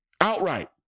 Outright